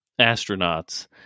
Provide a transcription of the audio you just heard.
astronauts